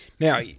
Now